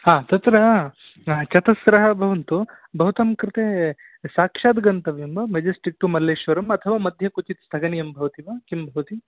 तत्र चतस्रः भवन्तु भवतां कृते साक्षात् गन्तव्यं वा मेजेस्टिक् टु मलसलेश्वरम् अथवा मध्ये क्वचित् स्थगनीयं भवति वा किं भवति